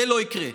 זה לא יקרה.